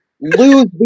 lose